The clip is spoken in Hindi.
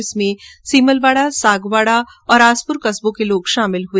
जिसमें सीमलवाड़ा सागवाड़ा और आसपुर कस्बों से लोग शामिल हुए